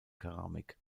keramik